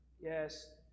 yes